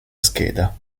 scheda